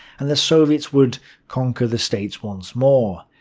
and the soviets would conquer the states once more.